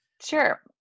Sure